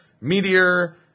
Meteor